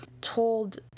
told